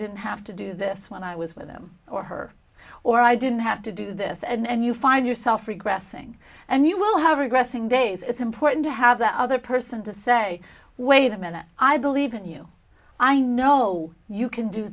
didn't have to do this when i was with him or her or i didn't have to do this and you find yourself regressing and you will have regressing days it's important to have that other person to say wait a minute i believe in you i know you can do